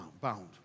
bound